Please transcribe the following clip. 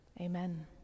Amen